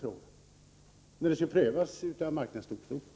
Frågan skall prövas av marknadsdomstolen.